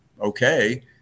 okay